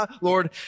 Lord